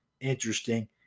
interesting